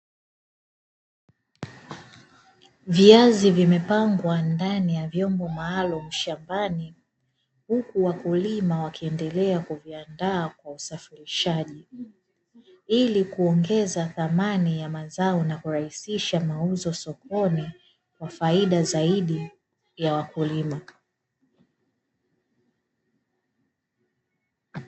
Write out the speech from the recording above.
Viazi vimepangwa ndani vyombo maalumu shambani, huku wakulima wakiendelea kuviandaa kwa usafirishaji ili kuongeza thamani ya mazao na kurahisisha mauzo sokoni kwa faida zaidi ya wakulima.